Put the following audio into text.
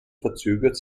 verzögert